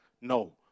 No